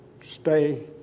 stay